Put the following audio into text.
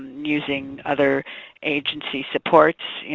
using other agency supports.